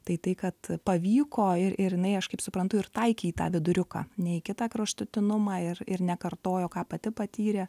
tai tai kad pavyko ir ir jinai aš kaip suprantu ir taikei tą viduriuką ne į kitą kraštutinumą ir ir nekartojo ką pati patyrė